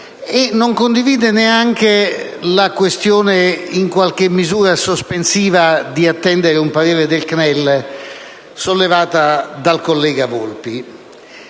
e non condivide neanche la questione in qualche misura sospensiva di attendere un parere del CNEL, sollevata dal collega Volpi.